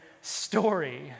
story